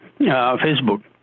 facebook